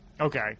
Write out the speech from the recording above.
Okay